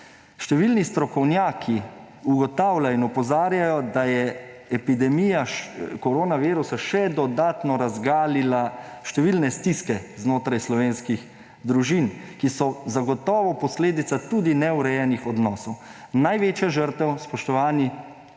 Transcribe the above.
Številni strokovnjaki ugotavljajo in opozarjajo, da je epidemija koronavirusa še dodatno razgalila številne stiske znotraj slovenskih družin, ki so zagotovo posledica tudi neurejenih odnosov. Največja žrtev, spoštovani,